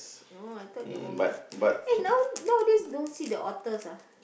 oh I thought they won't bite eh now nowadays don't see the otters ah